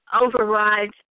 overrides